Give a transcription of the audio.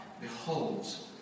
beholds